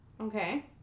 Okay